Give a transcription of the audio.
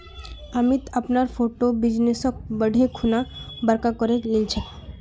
अमित अपनार छोटो बिजनेसक बढ़ैं खुना बड़का करे लिलछेक